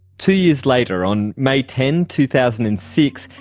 two years later on may ten, two thousand and six,